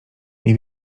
nie